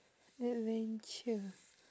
adventure